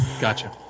gotcha